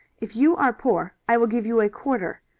if you are poor i will give you a quarter,